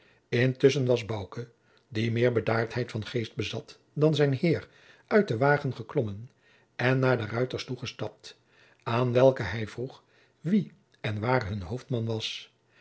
intusschen was bouke die meer bedaardheid van geest bezat dan zijn heer uit den wagen geklommen en naar de ruiters toegestapt aan welke hij vroeg wie en waar hun hoofdman was